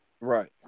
Right